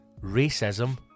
racism